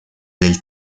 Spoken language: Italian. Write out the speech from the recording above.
del